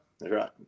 right